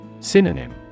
Synonym